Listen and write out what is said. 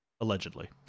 Allegedly